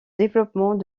développement